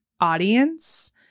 audience